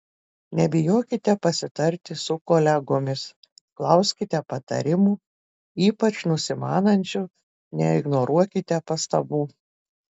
nebijokite pasitarti su kolegomis klauskite patarimų ypač nusimanančių neignoruokite pastabų